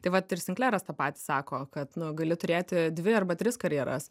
tai vat ir sinkleras tą patį sako kad nu gali turėti dvi arba tris karjeras